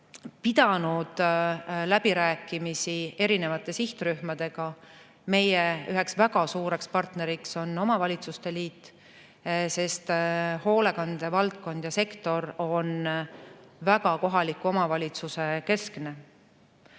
pidanud läbirääkimisi erinevate sihtrühmadega. Meie üheks väga suureks partneriks on omavalitsuste liit, sest hoolekande valdkond ja sektor on väga kohaliku omavalitsuse keskne.